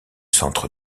centre